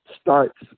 starts